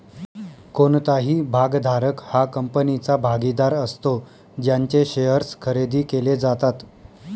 कोणताही भागधारक हा कंपनीचा भागीदार असतो ज्यांचे शेअर्स खरेदी केले जातात